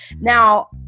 Now